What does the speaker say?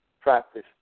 practice